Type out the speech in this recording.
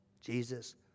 Jesus